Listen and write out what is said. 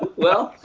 well,